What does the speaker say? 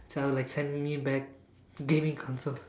so I would like send me back gaming consoles